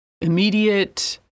immediate